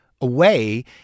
away